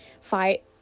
fight